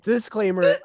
Disclaimer